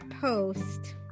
post